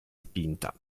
spinta